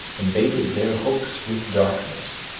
and baited their hooks with darkness